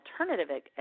alternative